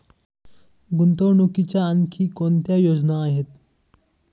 गुंतवणुकीच्या आणखी कोणत्या योजना आहेत?